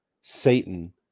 Satan